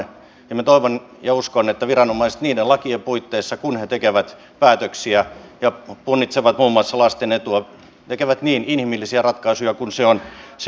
minä toivon ja uskon että viranomaiset niiden lakien puitteissa kun he tekevät päätöksiä ja punnitsevat muun muassa lasten etua tekevät niin inhimillisiä ratkaisuja kuin on mahdollista